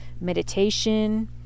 meditation